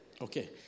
Okay